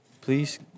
Please